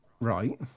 Right